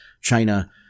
China